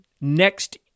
next